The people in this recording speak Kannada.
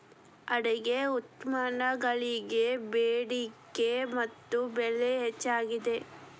ಅಡಿಕೆ ಉತ್ಪನ್ನಗಳಿಗೆ ಬೆಡಿಕೆ ಮತ್ತ ಬೆಲೆ ಹೆಚ್ಚಾಗಿದೆ